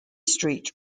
street